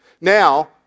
Now